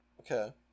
Okay